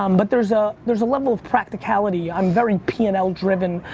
um but there's ah there's a level of practicality. i'm very p and l driven,